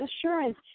assurance